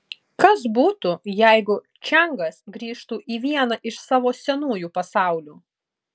kas būtų jeigu čiangas grįžtų į vieną iš savo senųjų pasaulių